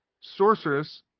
Sorceress